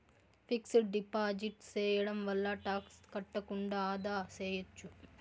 fixed deposit సేయడం వల్ల tax కట్టకుండా ఆదా సేయచ్చు